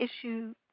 issue